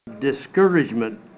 discouragement